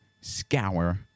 scour